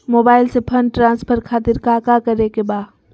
Mobile से fund transfer खातिर काका करे के बा?